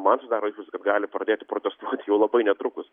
man susidaro įspūdis kad gali pradėti protestuoti jau labai netrukus